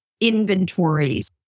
inventories